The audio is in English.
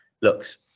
looks